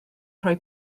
rhoi